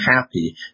happy